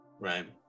Right